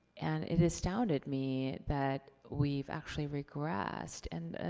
and, it astounded me that we've actually regressed. and ah